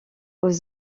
aux